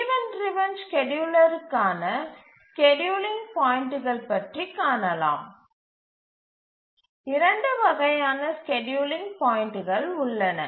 event driven ஸ்கேட்யூலர்களுக்கான scheduling பாயிண்ட்டுகள் பற்றி காணலாம் இரண்டு வகையான ஸ்கேட்யூலிங் பாயிண்ட்டுகள் உள்ளன